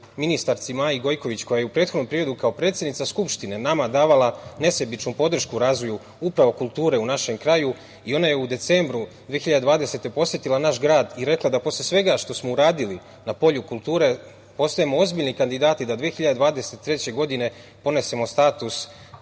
ministarki Maji Gojković, koja je u prethodnom periodu kao predsednica Skupštine nama davala nesebičnu podršku razvoju upravo kulture u našem kraju, i ona je u decembru 2020. godine posetila naš grad i rekla da posle svega što smo uradili na polju kulture postajemo ozbiljni kandidati da 2023. godine ponesemo status